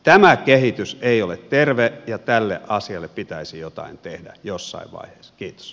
tämä kehitys ei ole terve ja tälle asialle pitäisi jotain tehdä jossain vaiheessa